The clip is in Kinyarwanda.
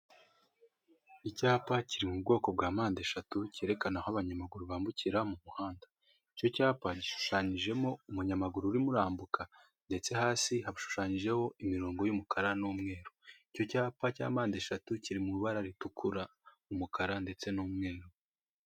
Icyapa kiri mu bwoko bwa mpande eshatu cyerekana aho abanyamaguru bambukira mu muhanda icyo cyapa gishushanyijemo umunyamaguru urimombuka ndetse hasi hashushanyijeho imirongo y'umukara n'umweru icyo cyapa cyampande eshatu kiri m'amabara atukura, umukara ndetse n'umweru.